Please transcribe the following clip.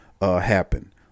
happen